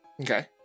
Okay